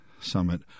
summit